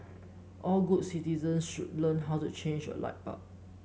all good citizen should learn how to change a light bulb